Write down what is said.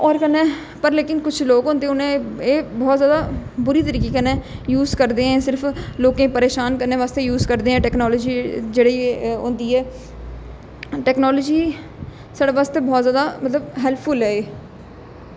होर कन्नै पर लेकिन कुछ लोग होंदे उ'नें एह् बहुत ज्यादा बुरे तरीके कन्नै यूज करदे सिर्फ लोकें गी परेशान करने बास्तै यूज करदे ऐ टैक्नोलाजी जेह्ड़ी होंदी ऐ टैक्नोलाजी साढ़े बास्तै बहुत ज्यादा मतलब हैल्पफुल ऐ एह्